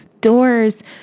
Doors